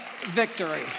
victory